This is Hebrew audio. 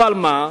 אבל מה?